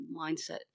mindset